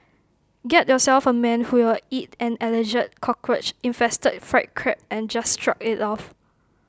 get yourself A man who will eat an Alleged Cockroach infested fried Crab and just shrug IT off